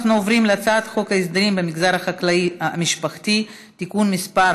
אנחנו עוברים להצעת חוק הסדרים במגזר החקלאי המשפחתי (תיקון מס'